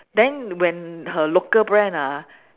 then when her local brand ah